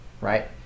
right